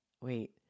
Wait